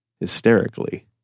Hysterically